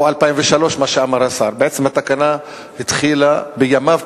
עושה שימוש בדיעבד כדי להשיג תוצאות מדיניות